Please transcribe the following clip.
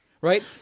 Right